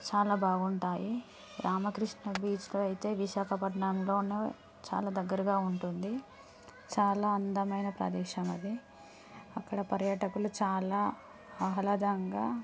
చాలా బాగుంటాయి రామకృష్ణ బీచ్లో అయితే విశాఖపట్నంలోనే చాలా దగ్గరగా ఉంటుంది చాలా అందమైన ప్రదేశం అది అక్కడ పర్యాటకులు చాలా ఆహ్లాదంగా